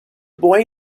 boy